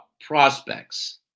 prospects